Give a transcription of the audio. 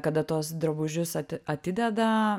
kada tuos drabužius ati atideda